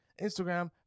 Instagram